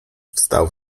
wstał